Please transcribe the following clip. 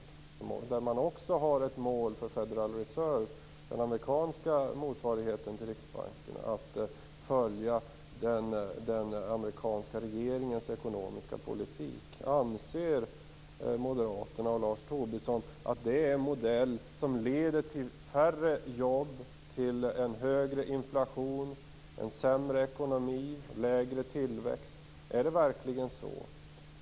Federal Reserve, den amerikanska motsvarigheten till Riksbanken, har också som mål att följa den amerikanska regeringens ekonomiska politik. Anser moderaterna och Lars Tobisson att det är en modell som leder till färre jobb, högre inflation, sämre ekonomi och lägre tillväxt? Är det verkligen så?